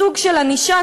סוג של ענישה,